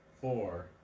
Four